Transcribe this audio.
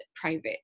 private